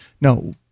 No